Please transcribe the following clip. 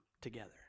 together